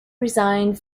resigned